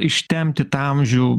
ištempti tą amžių